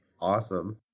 awesome